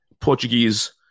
Portuguese